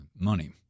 money